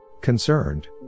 Concerned